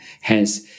hence